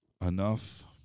enough